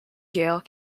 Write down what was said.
gael